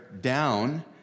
down